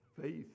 faith